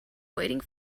waiting